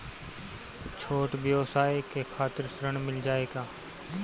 छोट ब्योसाय के खातिर ऋण मिल जाए का?